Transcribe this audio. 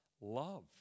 love